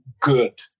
good